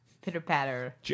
Pitter-patter